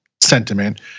sentiment